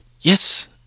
yes